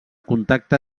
contacte